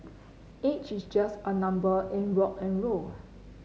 age is just a number in rock N roll